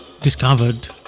discovered